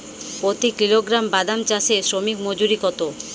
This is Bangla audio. প্রতি কিলোগ্রাম বাদাম চাষে শ্রমিক মজুরি কত?